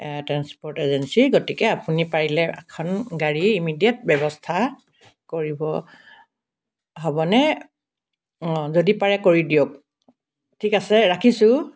transport এজেঞ্চীৰ গতিকে আপুনি পাৰিলে এখন গাড়ীৰ ইমিডিয়েট ব্যৱস্থা কৰিব হ'বনে অঁ যদি পাৰে কৰি দিয়ক ঠিক আছে ৰাখিছোঁ